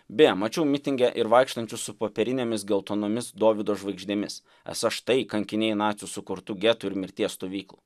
beje mačiau mitinge ir vaikštančius su popierinėmis geltonomis dovydo žvaigždėmis esą štai kankiniai nacių sukurtų getų ir mirties stovyklų